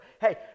Hey